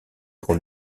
pour